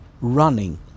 running